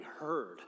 heard